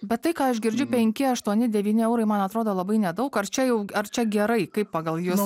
bet tai ką aš girdžiu penki aštuoni devyni eurai man atrodo labai nedaug ar čia jau ar čia gerai kaip pagal jus